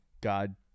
God